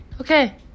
Okay